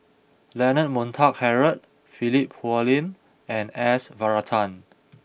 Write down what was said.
Leonard Montague Harrod Philip Hoalim and S Varathan